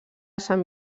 sant